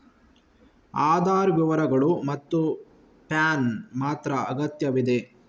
ಆಧಾರ್ ವಿವರಗಳು ಮತ್ತು ಪ್ಯಾನ್ ಮಾತ್ರ ಅಗತ್ಯವಿದೆ